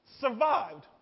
Survived